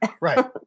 right